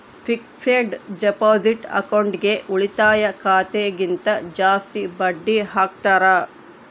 fixed deposit ಅಕೌಂಟ್ಗೆ ಉಳಿತಾಯ ಖಾತೆ ಗಿಂತ ಜಾಸ್ತಿ ಬಡ್ಡಿ ಹಾಕ್ತಾರ